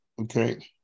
okay